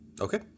Okay